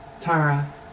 Tara